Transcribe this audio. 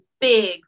big